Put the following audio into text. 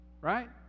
Right